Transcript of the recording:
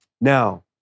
now